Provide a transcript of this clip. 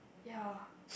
ya